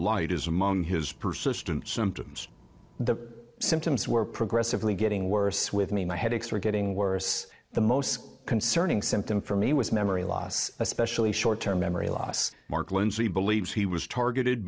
light is among his persistent symptoms the symptoms were progressively getting worse with me my headaches were getting worse the most concerning symptom for me was memory loss especially short term memory loss mark lindsay believes he was targeted